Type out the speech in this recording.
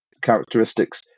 characteristics